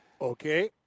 Okay